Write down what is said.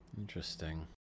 Interesting